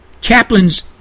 chaplains